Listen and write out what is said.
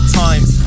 times